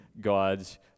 God's